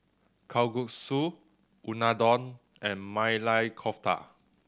Kalguksu Unadon and Maili Kofta